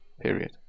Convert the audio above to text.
period